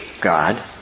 God